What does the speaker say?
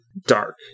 Dark